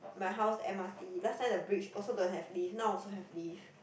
my house m_r_t last time the bridge also don't have lift now also have lift